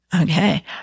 Okay